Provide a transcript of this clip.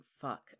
fuck